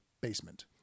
basement